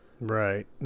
right